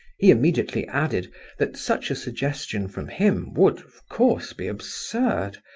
he immediately added that such a suggestion from him would, of course, be absurd,